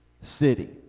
city